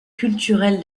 culturelle